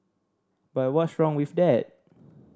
but what's wrong with that